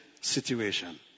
situation